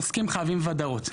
עוסקים חייבים ודאות.